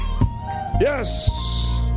Yes